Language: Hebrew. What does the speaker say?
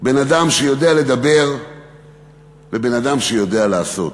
בין אדם שיודע לדבר ואדם שיודע לעשות.